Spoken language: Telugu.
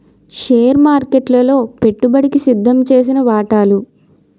షేర్ మార్కెట్లలో పెట్టుబడికి సిద్దంచేసిన వాటాలు